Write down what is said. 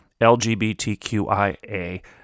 LGBTQIA